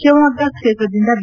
ಶಿವಮೊಗ್ಗ ಕ್ಷೇತ್ರದಿಂದ ಬಿ